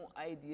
idea